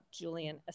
Julian